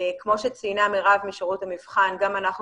כמו שציינה מרב משירות המבחן גם אנחנו